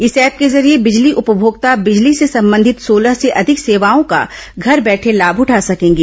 इस ऐप के जरिये बिजली उपभोक्ता बिजली से संबंधित सोलह से अधिक सेवाओं का घर बैठे लाभ उठा सकेंगे